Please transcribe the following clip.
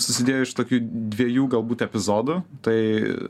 susidėjo iš tokių dviejų galbūt epizodų tai